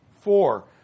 Four